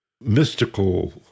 mystical